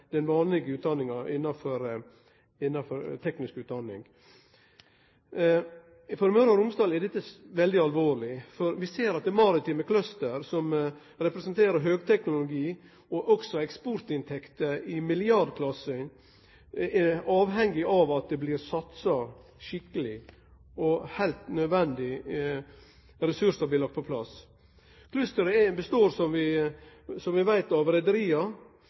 dette veldig alvorleg. Vi ser at den maritime clusteren som representerer høgteknologi, og også eksportinntekter i milliardklassen, er avhengig av at det blir satsa skikkeleg, og at heilt nødvendige ressursar blir lagde på plass. Clusteren består, som vi veit, av reiarlag, verft, utstyrsleverandørar, skipsdesignarar og tenesteleverandørar, og alle desse som